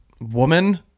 woman